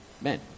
men